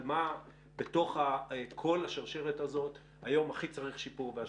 אבל מה בתוך כל השרשרת הזאת היום הכי צריך שיפור והשקעה?